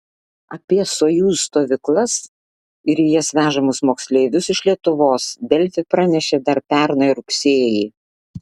apie sojuz stovyklas ir į jas vežamus moksleivius iš lietuvos delfi pranešė dar pernai rugsėjį